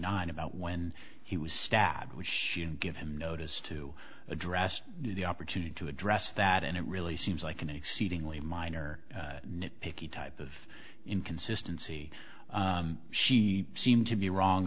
nine about when he was stabbed which gave him notice to address the opportunity to address that and it really seems like an exceedingly minor nit picky type of inconsistency she seemed to be wrong